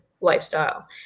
lifestyle